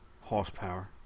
horsepower